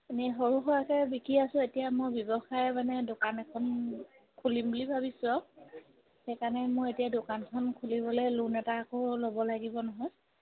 এনেই সৰু সুৰাকৈ বিকি আছোঁ এতিয়া মই ব্যৱসায় মানে দোকান এখন খুলিম বুলি ভাবিছোঁ আৰু সেইকাৰণে মোৰ এতিয়া দোকানখন খুলিবলৈ লোন এটা আকৌ ল'ব লাগিব নহয়